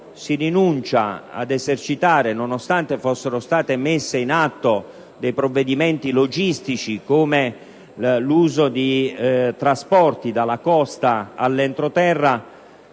Provincia, perché, nonostante fossero stati messi in atto dei provvedimenti logistici, come l'uso di trasporti dalla costa all'entroterra,